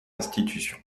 institution